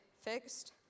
fixed